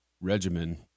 regimen –